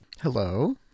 Hello